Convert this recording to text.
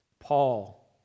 Paul